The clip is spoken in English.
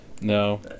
No